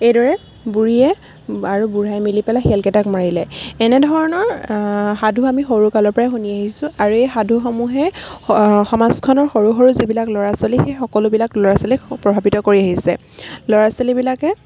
এইদৰে বুঢ়ীয়ে আৰু বুঢ়াই মিলি পেলাই শিয়ালকেইটাক মাৰিলে এনেধৰণৰ সাধু আমি সৰু কালৰ পৰাই শুনি আহিছোঁ আৰু এই সাধুসমূহে সমাজখনৰ সৰু সৰু যিবিলাক ল'ৰা ছোৱালী সেই সকলোবিলাক ল'ৰা ছোৱালীক প্ৰভাৱিত কৰি আহিছে ল'ৰা ছোৱালীবিলাকে